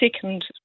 second